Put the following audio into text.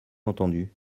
entendu